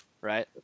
right